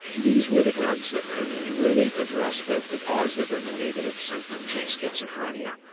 these were the drugs that could really address both the positive and the negative symptoms of schizophrenia.